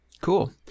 Cool